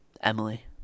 Emily